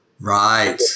Right